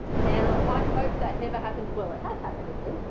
now, i hope that never happens well, it has happened again.